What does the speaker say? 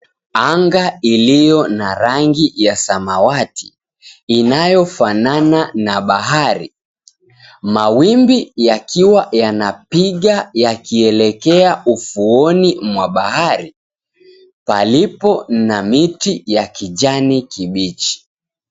Anga ilio na rangi ya samawati inayo fanana na bahari, mawimbi yakiwa yanapiga yakielekea ufuoni mwa bahari palipo na miti ya kijani kibichi.